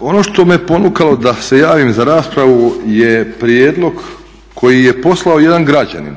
Ono što me ponukalo da se javim za raspravu je prijedlog koji je poslao jedan građanin.